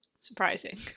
Surprising